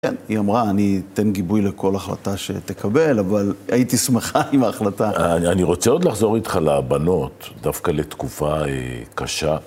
כן, היא אמרה, אני אתן גיבוי לכל החלטה שתקבל, אבל הייתי שמחה עם ההחלטה. אני רוצה עוד לחזור איתך לבנות, דווקא לתקופה קשה.